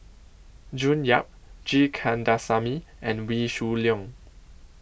June Yap G Kandasamy and Wee Shoo Leong